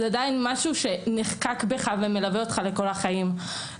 זה משהו שנחקק בך ומלווה אותך לכל החיים.